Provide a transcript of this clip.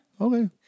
Okay